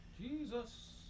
Jesus